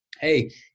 hey